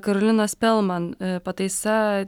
karolina spelman pataisa